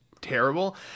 terrible